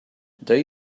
they